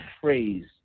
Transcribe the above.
phrase